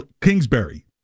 Kingsbury